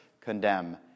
condemn